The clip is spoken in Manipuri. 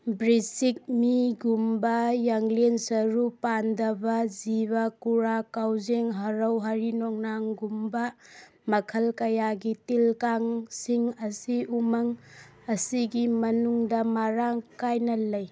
ꯕ꯭ꯔꯤꯁꯤꯛ ꯃꯤ ꯒꯨꯝꯕ ꯌꯥꯡꯂꯦꯟ ꯁꯔꯨ ꯄꯥꯟꯗꯕ ꯖꯤꯕ ꯀꯨꯔꯥꯛ ꯀꯥꯎꯖꯦꯡ ꯍꯥꯔꯧ ꯍꯔꯤꯅꯣꯡꯅꯥꯡꯒꯨꯝꯕ ꯃꯈꯜ ꯀꯌꯥꯒꯤ ꯇꯤꯟ ꯀꯥꯡ ꯁꯤꯡ ꯑꯁꯤ ꯎꯃꯪ ꯑꯁꯤꯒꯤ ꯃꯅꯨꯡꯗ ꯃꯔꯥꯡ ꯀꯥꯏꯅ ꯂꯩ